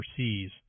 overseas